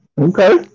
Okay